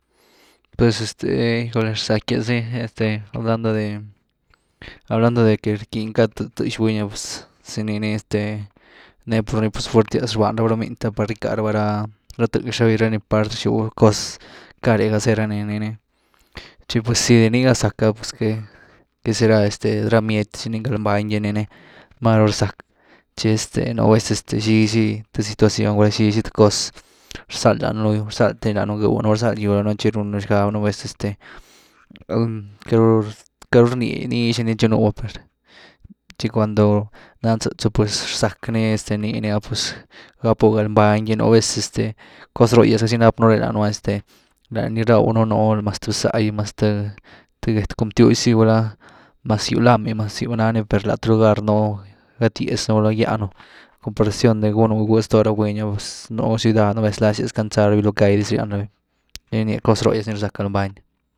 Pues este ¡híjole! Rzackyas ni, hablando de hablando de, hablando de que rquiny cka th-th tëx buny pues saneny este nee pur nii fuertyas rbaan raba ra miny the par gyckaa raba ra thëx raby ra part ni rxyw ra cos, car’e ga zee raa nii, nii tchi pues zy de nii ni zack’ah que será de este ra bmiety, zy ni galbany gynii ni máru rzack chi este nú vez xiizy xi situación gulá xiizy xi th cos rzal danunu, rzalt’e danunu gëw, gulá rzal gýw nu tchi runá xgab nú vez este queity-queity ruu rny niz dy ni tchinuu per tchi cuando nan tzëtzu pues rzack ni, nii ni ah pues gapu galbany gy nú vez cos ró’hgyas ni nap npu danëenu este la ni rdaw nu nú mas th bzá’i mas th get cun btiux zy guá mas gýw lami mas gýw nani per la lugar nú gatiaznu, gulá gýaan un a comparación de nuu zto ora buny’a pues nú xilá nu vez nlasias cansaraby lo call diz rýan rabi, tchi ni rnya cos ró’h’gyas ni rzack gal-bany.